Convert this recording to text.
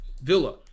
Villa